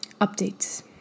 updates